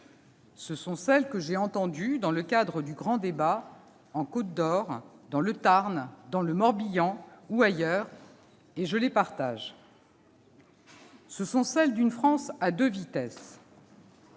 Ce sont celles que j'ai entendues dans le cadre du grand débat en Côte-d'Or, dans le Tarn, dans le Morbihan ou ailleurs, et je les partage. Ce sont celles d'une France à deux vitesses